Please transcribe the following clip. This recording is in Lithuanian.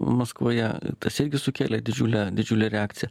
maskvoje tas irgi sukelė didžiulę didžiulę reakciją